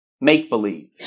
make-believe